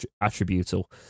attributable